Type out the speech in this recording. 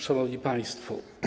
Szanowni Państwo!